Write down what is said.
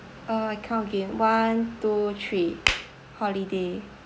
uh I count again one two three holiday